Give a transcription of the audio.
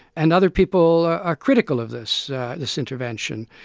and other people are are critical of this this intervention.